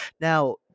Now